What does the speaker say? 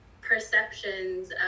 perceptions